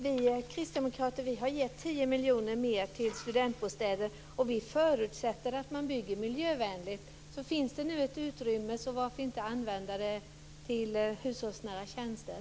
Vi kristdemokrater har gett 10 miljoner mer till studentbostäder, och vi förutsätter att man bygger miljövänligt. Finns det nu ett utrymme, varför kan vi inte använda det till hushållsnära tjänster?